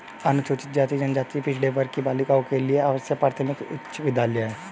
अनुसूचित जाति जनजाति पिछड़े वर्ग की बालिकाओं के लिए आवासीय प्राथमिक उच्च विद्यालय है